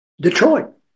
Detroit